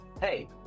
hey